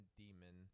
demon